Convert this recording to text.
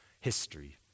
History